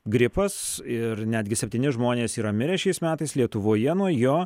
gripas ir netgi septyni žmonės yra mirę šiais metais lietuvoje nuo jo